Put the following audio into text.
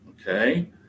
Okay